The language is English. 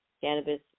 cannabis